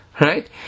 right